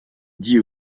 dit